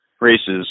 races